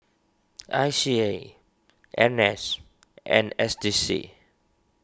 I C A N S and S D C